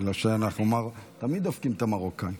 איך נאמר, תמיד דופקים את המרוקאים.